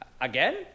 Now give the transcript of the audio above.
Again